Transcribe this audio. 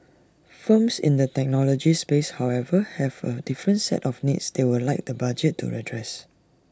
firms in the technology space however have A different set of needs they would like the budget to address